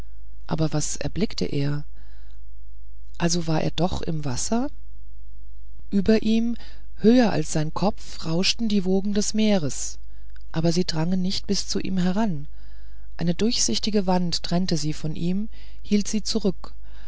aber was erblickte er also war er doch im wasser über ihm höher als sein kopf rauschten die wogen des meeres aber sie drangen nicht bis zu ihm heran eine durchsichtige wand trennte sie von ihm hielt sie zurück